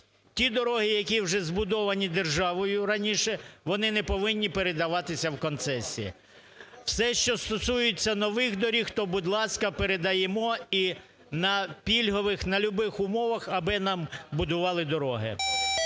Ті дороги, які вже збудовані державою раніше, вони не повинні передаватися в концесії. Все, що стосується нових доріг, то, будь ласка, передаємо і на пільгових, на любих умовах, аби нам будували дороги.